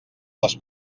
les